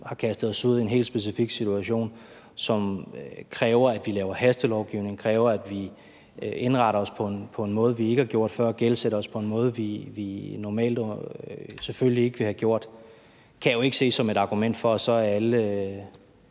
har kastet os ud i en specifik situation, som kræver, at vi laver hastelovgivning, at vi indretter os på en måde, vi ikke har gjort før, og at vi gældsætter os på en måde, vi normalt selvfølgelig ikke ville have gjort, kan jeg ikke se som et argument for, at så er alle